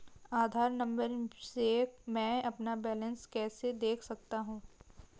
आधार number से मैं अपना बैलेंस कैसे देख सकता हूँ?